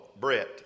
Brett